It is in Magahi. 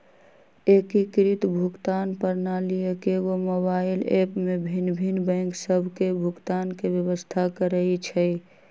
एकीकृत भुगतान प्रणाली एकेगो मोबाइल ऐप में भिन्न भिन्न बैंक सभ के भुगतान के व्यवस्था करइ छइ